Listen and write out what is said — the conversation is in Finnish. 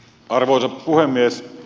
arvoisa puhemies